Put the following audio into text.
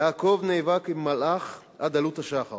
יעקב נאבק עם מלאך עד עלות השחר.